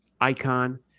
icon